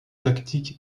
tactiques